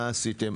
מה עשיתם.